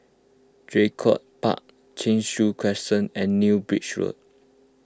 Draycott Park Cheng Soon Crescent and New Bridge Road